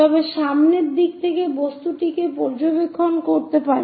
তবে সামনের দিক থেকে বস্তুটিকে পর্যবেক্ষণ করতে পারে